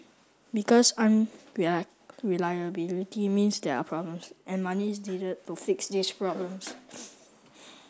because an reliability means there are problems and money is needed to fix these problems